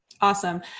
Awesome